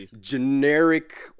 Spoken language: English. generic